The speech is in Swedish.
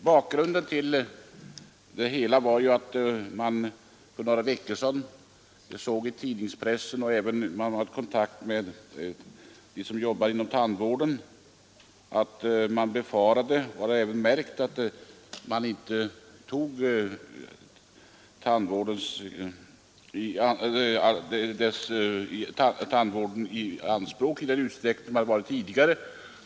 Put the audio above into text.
Bakgrunden till det hela var att man för några veckor sedan inom tidningspressen, som även varit i förbindelse med sådana som arbetar inom tandvården, befarade att tandvården inte tagits i anspråk i samma utsträckning som tidigare.